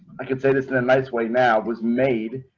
i can say this in a nice way. now was made.